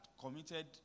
committed